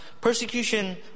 Persecution